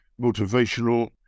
motivational